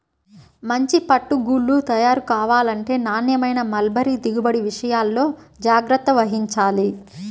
మంచి పట్టు గూళ్ళు తయారు కావాలంటే నాణ్యమైన మల్బరీ దిగుబడి విషయాల్లో జాగ్రత్త వహించాలి